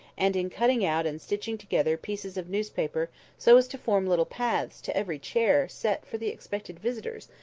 and in cutting out and stitching together pieces of newspaper so as to form little paths to every chair set for the expected visitors,